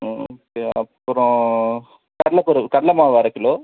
ம் ஓகே அப்புறோம் கடலைப்பருப்பு கடலை மாவு அரை கிலோ